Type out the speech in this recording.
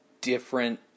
different